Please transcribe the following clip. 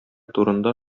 турында